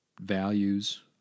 values